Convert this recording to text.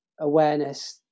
awareness